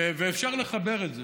ואפשר לחבר את זה.